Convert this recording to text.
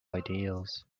ideals